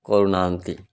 କରୁ ନାହାନ୍ତି